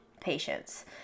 patience